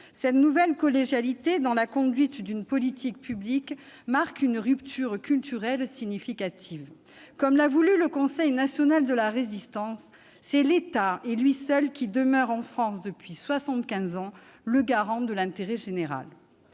Cette nouvelle collégialité dans la conduite d'une politique publique marque une rupture culturelle significative : comme l'a voulu le Conseil national de la Résistance, c'est l'État, et lui seul, qui demeure en France, depuis soixante-quinze ans, le garant de l'intérêt général.